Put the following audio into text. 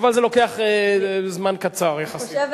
אבל זה לוקח זמן קצר יחסית.